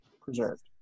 preserved